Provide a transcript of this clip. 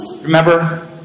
Remember